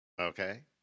Okay